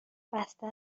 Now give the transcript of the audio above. بسته